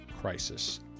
crisis